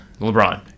LeBron